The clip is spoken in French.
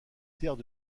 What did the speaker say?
terres